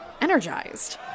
energized